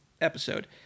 episode